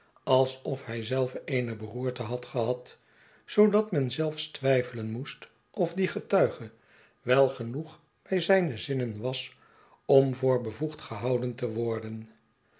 alsof hij zelf eene beroerte had gehad zoodat men zells twijfelen moest of die getuige wel genoeg bij zijne zinnen was om voor bevoegd gehouden te worden